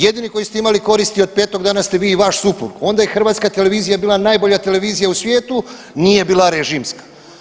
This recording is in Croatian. Jedini koji ste imali koristi od Petog dana ste vi i vaš suprug, onda je Hrvatska televizija bila najbolja televizija u svijetu, nije bila režimska.